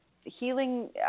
healing